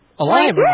Alive